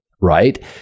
right